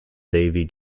davy